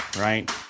Right